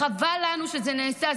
חבל לנו שזה נעשה.